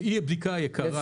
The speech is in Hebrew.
שהיא הבדיקה היקרה.